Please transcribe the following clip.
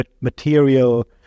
material